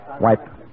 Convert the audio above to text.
Wipe